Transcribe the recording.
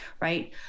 right